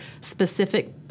specific